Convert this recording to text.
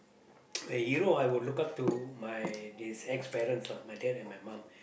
a hero I would look up to my these ex parents lah my dad and my mum